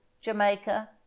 jamaica